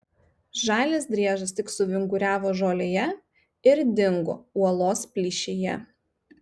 žalias driežas tik suvinguriavo žolėje ir dingo uolos plyšyje